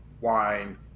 wine